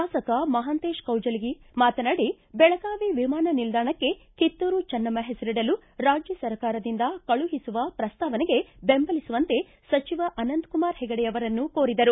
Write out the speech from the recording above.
ಶಾಸಕ ಮಹಾಂತೇಶ ಕೌಜಲಗಿ ಬೆಳಗಾವಿ ವಿಮಾನ ನಿಲ್ದಾಣಕ್ಕೆ ಕಿತ್ತೂರು ಚನ್ನಮ್ಮ ಹೆಸರಿಡಲು ರಾಜ್ಯ ಸರ್ಕಾರದಿಂದ ಕಳುಹಿಸುವ ಪ್ರಸ್ತಾವನೆಗೆ ದೆಂಬಲಿಸುವಂತೆ ಸಚಿವ ಅನಂತಕುಮಾರ್ ಹೆಗಡೆ ಅವರನ್ನು ಕೋರಿದರು